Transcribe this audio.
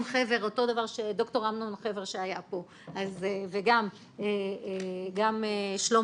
אותו דבר ד"ר אמנון חבר שהיה פה וגם מאיר קורח,